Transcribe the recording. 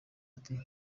ati